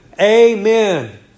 Amen